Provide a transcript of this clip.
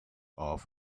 off